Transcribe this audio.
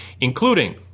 including